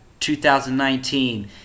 2019